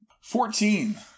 Fourteen